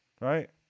right